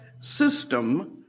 system